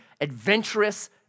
adventurous